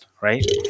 Right